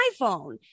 iPhone